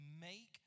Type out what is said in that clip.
make